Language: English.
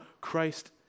Christ